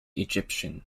egyptian